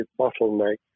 bottleneck